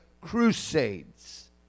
crusades